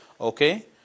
okay